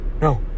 no